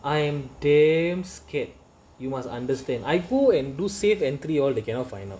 I am damn scared you must understand I go and do safe entry all they cannot find out